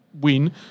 win